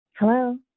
hello